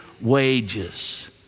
wages